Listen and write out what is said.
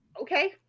Okay